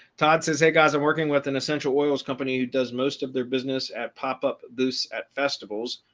todd says hey guys, i'm working with an essential oils company who does most of their business at pop up this at festivals.